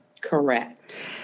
Correct